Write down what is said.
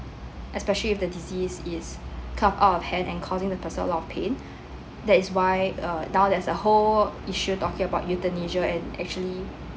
especially if the disease is kind of out of hand and causing the person a lot of pain that is why uh now there's a whole issue talking about euthanasia and actually